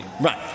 Right